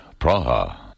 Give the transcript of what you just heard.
Praha